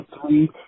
three